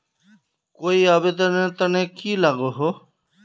कोई आवेदन नेर तने की लागोहो?